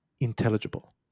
intelligible